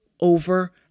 over